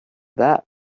that